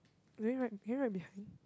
don't need to write can you write behind